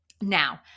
now